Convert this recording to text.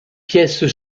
pièces